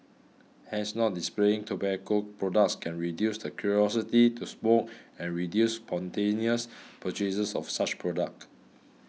hence not displaying tobacco products can reduce the curiosity to smoke and reduce spontaneous purchases of such products